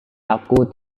aku